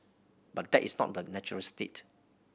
but that is not the natural state